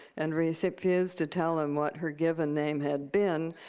and refused to tell him what her given name had been,